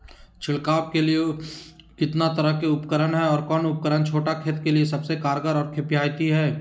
छिड़काव के लिए कितना तरह के उपकरण है और कौन उपकरण छोटा खेत के लिए सबसे कारगर और किफायती है?